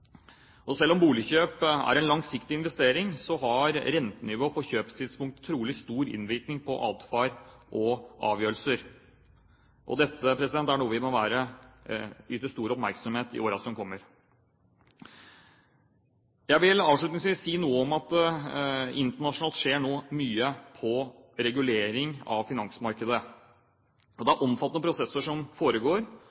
Selv om boligkjøp er en langsiktig investering, har rentenivået på kjøpstidspunktet trolig stor innvirkning på atferd og avgjørelser. Dette er noe vi må yte stor oppmerksomhet i årene som kommer. Jeg vil avslutningsvis si noe om at det internasjonalt nå skjer mye når det gjelder regulering av finansmarkedet. Det er omfattende prosesser som foregår, bl.a. i G20, IMF, OECD og